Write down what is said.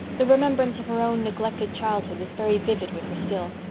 the remembrance of her own neglected childhood was very vivid with her still.